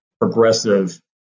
progressive